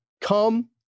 come